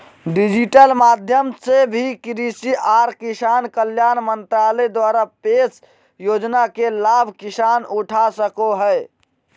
digital माध्यम से भी कृषि आर किसान कल्याण मंत्रालय द्वारा पेश योजना के लाभ किसान उठा सको हय